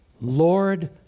Lord